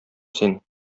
син